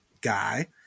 guy